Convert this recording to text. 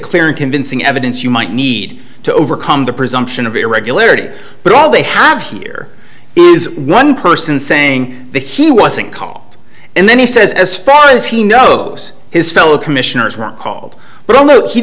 clear and convincing evidence you might need to overcome the presumption of irregularity but all they have here is one person saying that he wasn't caught and then he says as far as he knows his fellow commissioners were called